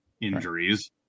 injuries